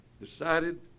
decided